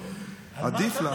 עדיף לה,